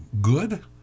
Good